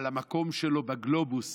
על המקום שלו בגלובוס